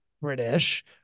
British